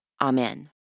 Amen